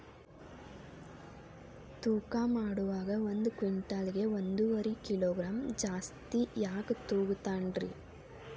ತೂಕಮಾಡುವಾಗ ಒಂದು ಕ್ವಿಂಟಾಲ್ ಗೆ ಒಂದುವರಿ ಕಿಲೋಗ್ರಾಂ ಜಾಸ್ತಿ ಯಾಕ ತೂಗ್ತಾನ ರೇ?